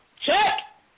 Check